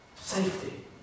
safety